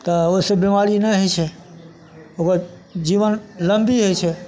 तऽ ओहिसे बेमारी नहि होइ छै ओकर जीवन लम्बी होइ छै